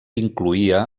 incloïa